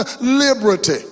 liberty